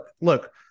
look